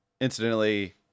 incidentally